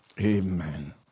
Amen